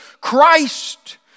Christ